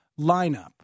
lineup